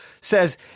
says